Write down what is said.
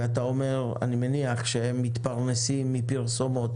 ואתה אומר שאתה מניח שהם מתפרנסים מפרסומות